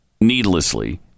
needlessly